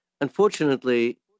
unfortunately